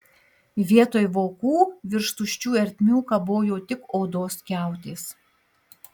vietoj vokų virš tuščių ertmių kabojo tik odos skiautės